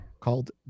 called